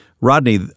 Rodney